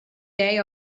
day